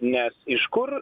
nes iš kur